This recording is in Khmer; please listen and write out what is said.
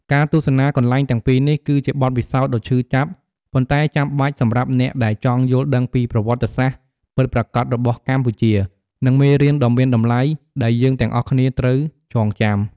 ការទស្សនាកន្លែងទាំងពីរនេះ គឺជាបទពិសោធន៍ដ៏ឈឺចាប់ ប៉ុន្តែចាំបាច់សម្រាប់អ្នកដែលចង់យល់ដឹងពីប្រវត្តិសាស្ត្រពិតប្រាកដរបស់កម្ពុជា និងមេរៀនដ៏មានតម្លៃដែលយើងទាំងអស់គ្នាត្រូវចងចាំ។